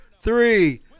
three